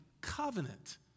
covenant